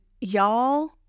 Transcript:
y'all